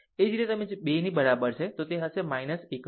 એ જ રીતે જો તમે 2 ની બરાબર છે તો તે હશે 1 ઘન